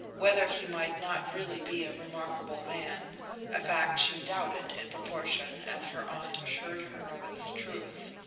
whether he might not really be a remarkable man a fact she doubted in proportion as her aunt assured her of its truth